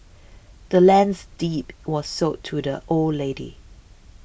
the land's deed was sold to the old lady